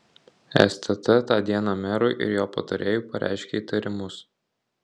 stt tą dieną merui ir jo patarėjui pareiškė įtarimus